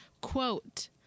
Quote